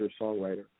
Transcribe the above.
songwriter